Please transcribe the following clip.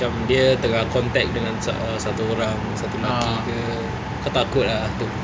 cam dia tengah contact dengan uh satu orang satu laki ke kau takut ah tu